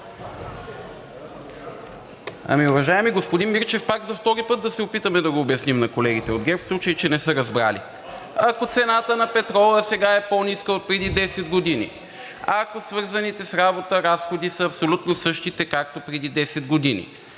Уважаеми господин Мирчев, пак за втори път да се опитаме да го обясним на колегите от ГЕРБ, в случай че не са разбрали. Ако цената на петрола сега е по-ниска отпреди 10 години, ако свързаните с работа разходи са абсолютно същите, както преди 10 години,